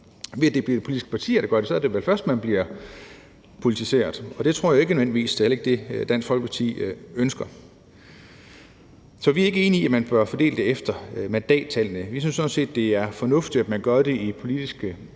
når det er politiske partier, der gør det, man bliver politiseret. Det tror jeg heller ikke nødvendigvis er det, Dansk Folkeparti ønsker. Så vi er ikke enige i, at man bør fordele det efter mandattallene. Vi synes sådan set, at det er fornuftigt, at man gør det i politiske